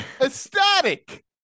ecstatic